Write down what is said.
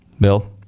Bill